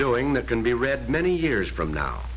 doing that can be read many years from now